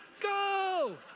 go